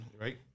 right